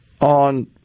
on